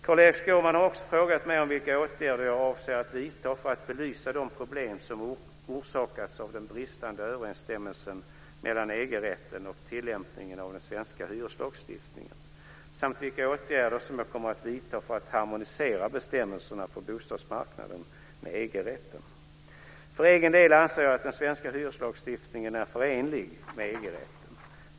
Carl-Erik Skårman har också frågat mig om vilka åtgärder jag avser att vidta för att belysa de problem som orsakats av den bristande överensstämmelsen mellan EG-rätten och tillämpningen av den svenska hyreslagstiftningen samt vilka åtgärder jag kommer att vidta för att harmonisera bestämmelserna på bostadsmarknaden med EG-rätten. För egen del anser jag att den svenska hyreslagstiftningen är förenlig med EG-rätten.